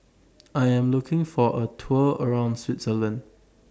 I Am looking For A Tour around Switzerland